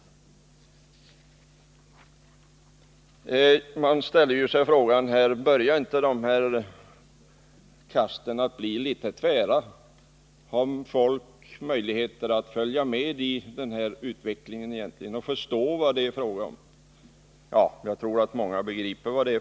Man ställer sig frågan: Börjar inte dessa kast bli litet tvära? Har folk möjligheter att följa med i denna utveckling och förstå vad det är fråga om? Jag tror att många nu begriper det.